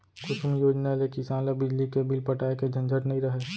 कुसुम योजना ले किसान ल बिजली के बिल पटाए के झंझट नइ रहय